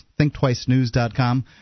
thinktwicenews.com